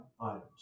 items